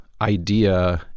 idea